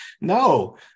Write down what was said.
no